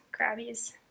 crabbies